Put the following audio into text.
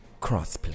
Crossplay